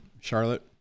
Charlotte